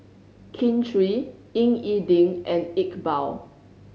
Kin Chui Ying E Ding and Iqbal